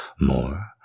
More